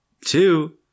two